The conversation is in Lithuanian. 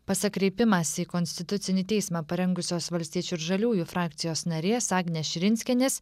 pasak kreipimąsi į konstitucinį teismą parengusios valstiečių ir žaliųjų frakcijos narės agnės širinskienės